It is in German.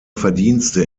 verdienste